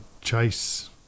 chase